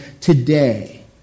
today